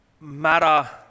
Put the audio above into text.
matter